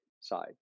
side